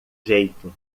jeito